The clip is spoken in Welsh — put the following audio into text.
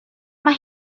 mae